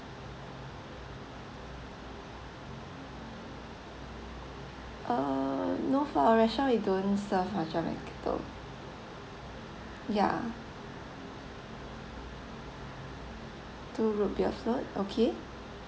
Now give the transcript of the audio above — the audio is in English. uh no for our restaurant we don't serve ya two root beer float okay